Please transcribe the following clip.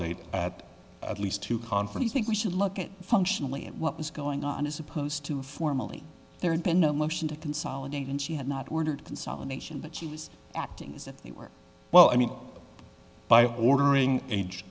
date at at least two conferences think we should look at functionally what was going on as opposed to formally there had been no motion to consolidate and she had not ordered consolidation but she was acting as if they were well i mean by ordering age